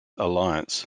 alliance